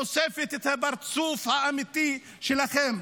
חושפת את הפרצוף האמיתי שלכם.